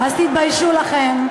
אז תתביישו לכם.